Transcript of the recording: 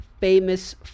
famous